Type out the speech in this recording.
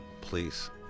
please